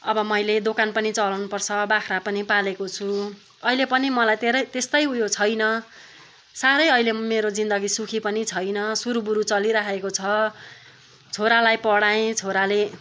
अब मैले दोकान पनि चलाउनु पर्छ बाख्रा पनि पालेको छु अहिले पनि मलाई धेरै त्यस्तै उयो छैन साह्रै अहिले मेरो जिन्दगी सुखी पनि छैन सुरुबुरु चलिराखेको छ छोरालाई पढाएँ छोराले